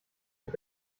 mit